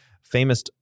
famous